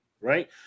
right